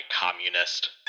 communist